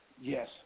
Yes